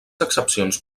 excepcions